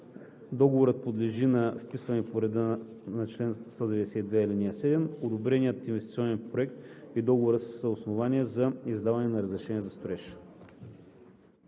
Договорът подлежи на вписване по реда на чл. 192, ал. 7. Одобреният инвестиционен проект и договорът са основание за издаване на разрешение за строеж.“